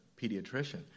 pediatrician